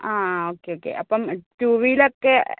ആ okay okay അപ്പം two വീലറൊക്കെ